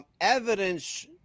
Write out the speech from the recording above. evidence